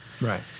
right